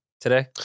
Today